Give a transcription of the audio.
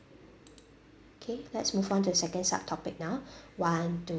okay let's move on to the second subtopic now one two